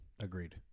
Agreed